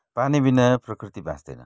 पानीबिना प्रकृति बाँच्दैन